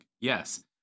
yes